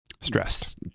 stress